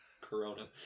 Corona